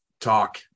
talk